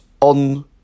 on